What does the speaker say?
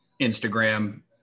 Instagram